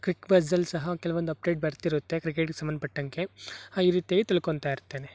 ಕ್ರಿಕ್ಬಝಲ್ಲಿ ಸಹ ಕೆಲವೊಂದು ಅಪ್ಡೇಟ್ ಬರ್ತಿರುತ್ತೆ ಕ್ರಿಕೆಟ್ಗೆ ಸಂಬಂಧಪಟ್ಟಂಗೆ ಈ ರೀತಿ ತಿಳ್ಕೊತಾ ಇರ್ತೇನೆ